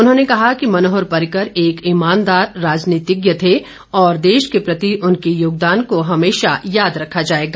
उन्होंने कहा कि मनोहर पर्रिकर एक ईमानदार राजनीतिज्ञ थे और देश के प्रति उनके योगदान को हमेशा याद रखा जाएगा